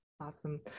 Awesome